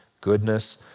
goodness